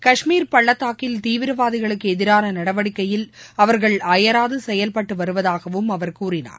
காஷ்மீர் பள்ளத்தாக்கில் தீவிரவாதிகளுக்கு எதிரான நடவடிக்கையில் அவர்கள் அயராது செயல்பட்டுவருவதாகவும் அவர் கூறினார்